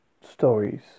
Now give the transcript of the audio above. Stories